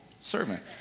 servant